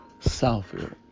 Southfield